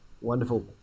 Wonderful